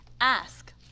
Ask